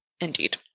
Indeed